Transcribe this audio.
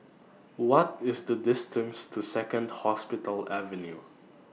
What IS The distance to Second Hospital Avenue